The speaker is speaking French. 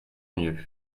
mieux